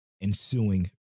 ensuing